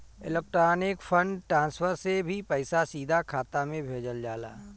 electronic fund transfer से भी पईसा सीधा खाता में भेजल जाला